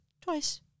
Twice